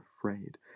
afraid